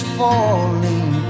falling